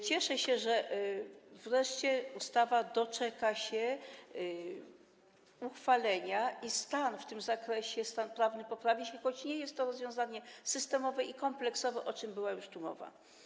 Cieszę się, że wreszcie ustawa doczeka się uchwalenia i stan prawny w tym zakresie poprawi się, choć nie jest to rozwiązanie systemowe ani kompleksowe, o czym była już tu mowa.